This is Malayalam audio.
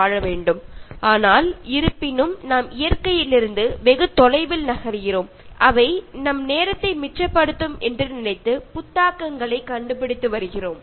പക്ഷേ യഥാർത്ഥത്തിൽ നമ്മൾ പ്രകൃതിയിൽ നിന്നും വളരെ അകന്നു പോവുകയും പുതിയ പുതിയ കാര്യങ്ങൾ കണ്ടെത്തുകയും അതെല്ലാം സമയം ലാഭിക്കാൻ സഹായിക്കും എന്ന് കരുതി സ്വീകരിക്കുകയും ചെയ്യുന്നു